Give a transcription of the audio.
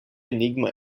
enigma